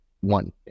one